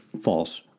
false